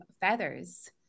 feathers